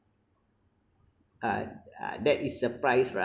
uh uh that is surprise right